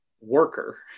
worker